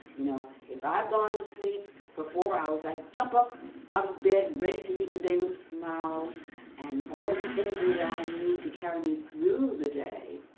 you know if i have gone to sleep for four hours i jump up out of bed ready to meet the day with a smile and all the energy that i need to carry me through the day.